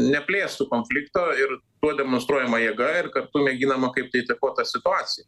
neplėstų konflikto ir tuo demonstruojama jėga ir kartu mėginama kaip tai įtakot tą situaciją